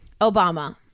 Obama